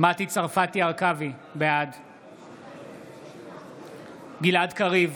מטי צרפתי הרכבי, בעד גלעד קריב,